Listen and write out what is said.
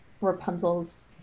Rapunzel's